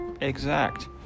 exact